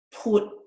put